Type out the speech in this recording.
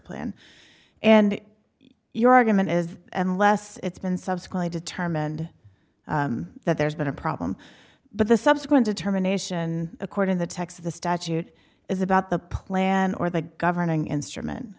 plan and your argument is unless it's been subsequently determined that there's been a problem but the subsequent determination according the text of the statute is about the plan or the governing instrument